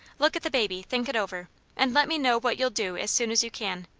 look at the baby think it over and let me know what you'll do as soon as you can.